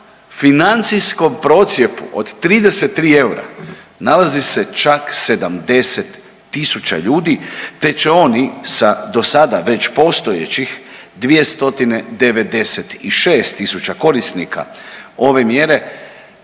financijskom procjepu od 33 eura nalazi se čak 70 tisuća ljudi te će oni sa do sada već postojećih 296 tisuća korisnika ove mjere,